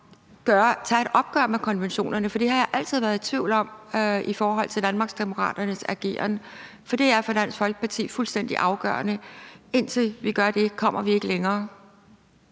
tage et opgør med konventionerne, for det har jeg altid været i tvivl om i forhold til Danmarksdemokraternes ageren, for det er for Dansk Folkeparti fuldstændig afgørende. Indtil vi gør det, kommer vi ikke længere.